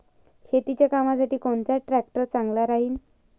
शेतीच्या कामासाठी कोनचा ट्रॅक्टर चांगला राहीन?